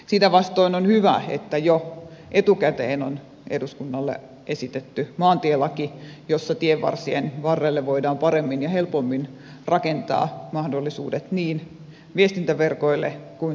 sitä vastoin on hyvä että jo etukäteen on eduskunnalle esitetty maantielaki jossa tienvarsille voidaan paremmin ja helpommin rakentaa mahdollisuudet niin viestintäverkoille kuin sähköverkoille